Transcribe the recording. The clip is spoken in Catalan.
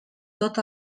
tot